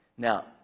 Now